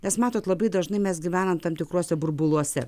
nes matot labai dažnai mes gyvenam tam tikruose burbuluose